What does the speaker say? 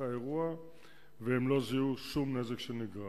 האירוע והם לא זיהו שום נזק שנגרם.